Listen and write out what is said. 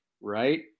right